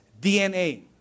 DNA